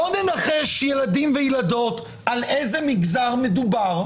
בואו ננחש, ילדים וילדות, על איזה מגזר מדובר.